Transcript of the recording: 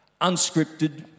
unscripted